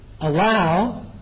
Allow